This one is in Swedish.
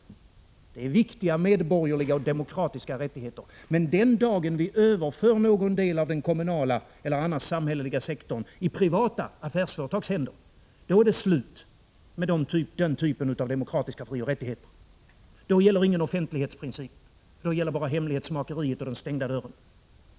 Detta är viktiga medborgerliga och demokratiska rättigheter, men den dagen vi överför någon del av kommunal eller annan samhällelig sektor till privata affärsföretag, är det slut med den typen av demokratiska frioch rättigheter. Då gäller ingen offentlighetsprincip, då gäller bara hemlighetsmakeriet och den stängda dörren.